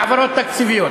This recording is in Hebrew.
להעברות תקציביות.